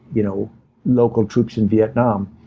you know local troops in vietnam,